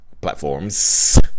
platforms